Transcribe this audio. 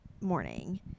morning